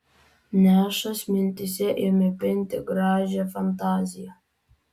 nešas mintyse ėmė pinti gražią fantaziją